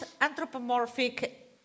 anthropomorphic